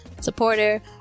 supporter